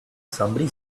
somebody